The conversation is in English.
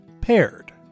Paired